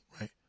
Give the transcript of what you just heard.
right